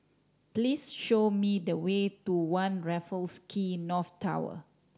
please show me the way to One Raffles Quay North Tower